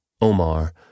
Omar